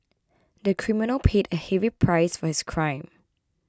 the criminal paid a heavy price for his crime